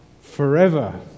forever